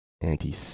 anti